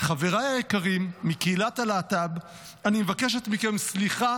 "חבריי היקרים מקהילת הלהט"ב, אני מבקשת מכם סליחה